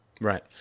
Right